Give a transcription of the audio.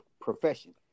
profession